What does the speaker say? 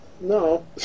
no